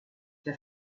der